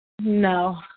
No